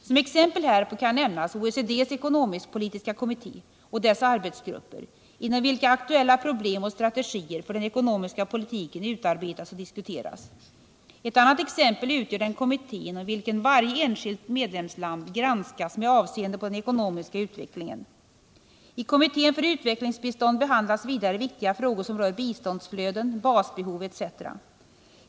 Som exempel härpå kan nämnas OECD:s ekonomisk-politiska kommitté och dess arbetsgrupper, inom vilka aktuella problem och strategier för den ekonomiska politiken utarbetas och diskuteras. Ett annat exempel utgör den kommitté inom vilken varje enskilt medlemsland granskas med avseende på den ekonomiska utvecklingen. I kommittén för utvecklingsbistånd behandlas vidare viktiga frågor som rör biståndsflöden, basbehov, etc.